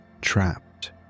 trapped